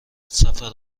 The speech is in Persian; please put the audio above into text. سفر